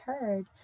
heard